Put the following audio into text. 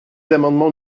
l’amendement